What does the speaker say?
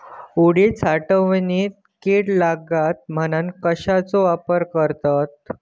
उडीद साठवणीत कीड लागात म्हणून कश्याचो वापर करतत?